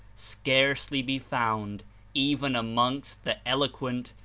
scarcely be found even amongst the eloquent,